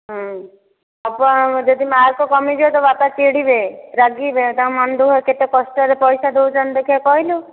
ହଁ ଯଦି ମାର୍କ୍ କମିଯିବ ତୋ ବାପା ଚିଡ଼ିବେ ରାଗିବେ ତାଙ୍କ ମନ ଦୁଃଖ କେତେ କଷ୍ଟରେ ପଇସା ଦେଉଛନ୍ତି ଦେଖ କହିଲୁ